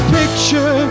picture